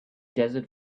desert